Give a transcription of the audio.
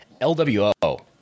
LWO